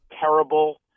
Terrible